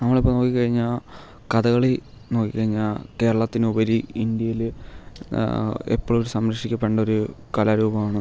നമ്മൾ ഇപ്പോൾ നോക്കിക്കഴിഞ്ഞാൽ കഥകളി നോക്കിക്കഴിഞ്ഞാൽ കേരളത്തിനുപരി ഇന്ത്യയിൽ എപ്പോഴും ഒരു സംരക്ഷിക്കപ്പെടേണ്ട ഒരു കലാരൂപമാണ്